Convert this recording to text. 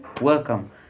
welcome